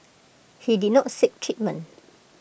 he did not seek treatment